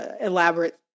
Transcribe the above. elaborate